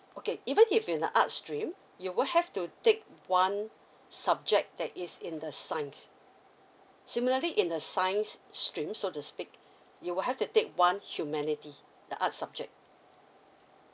okay even if you're in the art stream you will have to take one subject that is in the science similarly in the science stream so to speak you will have to take one humanity the art subject